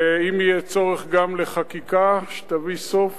ואם יהיה צורך גם לחקיקה שתביא סוף